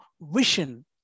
vision